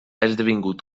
esdevingut